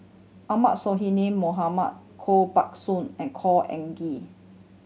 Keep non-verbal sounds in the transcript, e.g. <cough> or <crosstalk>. Ahmad <unintelligible> Mohamad Koh Buck Sun and Khor Ean Ghee